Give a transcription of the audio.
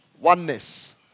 Oneness